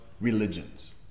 religions